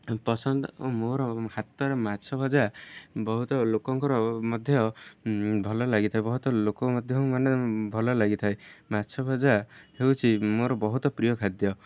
ପସନ୍ଦ ମୋର ହାତରେ ମାଛ ଭଜା ବହୁତ ଲୋକଙ୍କର ମଧ୍ୟ ଭଲ ଲାଗିଥାଏ ବହୁତ ଲୋକ ମଧ୍ୟ ମାନେ ଭଲ ଲାଗିଥାଏ ମାଛ ଭଜା ହେଉଛି ମୋର ବହୁତ ପ୍ରିୟ ଖାଦ୍ୟ